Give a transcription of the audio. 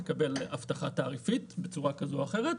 לקבל הבטחה תעריפית בצורה כזו או אחרת,